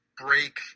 break